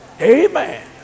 amen